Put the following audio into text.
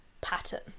pattern